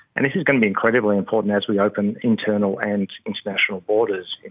and this is going to be incredibly important as we open internal and international borders,